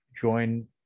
join